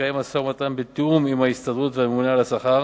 מתקיים משא-ומתן בתיאום עם ההסתדרות והממונה על השכר